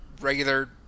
regular